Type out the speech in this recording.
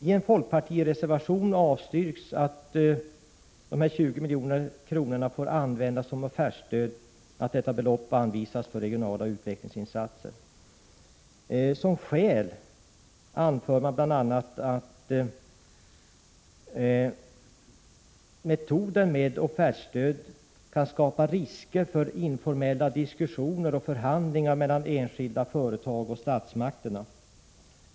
I en folkpartireservation avstyrks att dessa 20 milj.kr. får användas som offertstöd; detta belopp bör i stället anvisas för regionala utvecklingsinsatser. Som skäl anför man bl.a. att metoden med offertstöd kan skapa risker för informella diskussioner och förhandlingar mellan enskilda företag och statsmakterna.